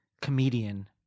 comedian